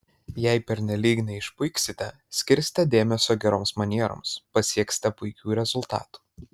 jei pernelyg neišpuiksite skirsite dėmesio geroms manieroms pasieksite puikių rezultatų